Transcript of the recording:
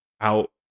out